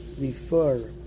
refer